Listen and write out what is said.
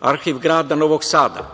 Arhiv grada Novog Sada.